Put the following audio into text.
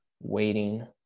waiting